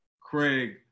Craig